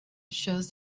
shows